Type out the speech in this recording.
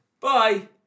bye